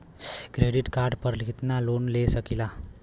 Credit card पर कितनालोन ले सकीला?